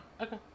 Okay